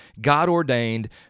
God-ordained